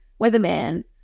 weatherman